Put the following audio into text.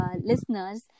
listeners